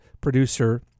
producer